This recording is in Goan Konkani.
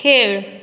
खेळ